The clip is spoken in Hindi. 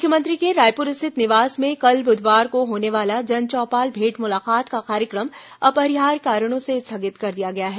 मुख्यमंत्री के रायपुर स्थित निवास में कल बुधवार को होने वाला जनचौपाल भेंट मुलाकात का कार्यक्रम अपरिहार्य कारणों से स्थगित कर दिया गया है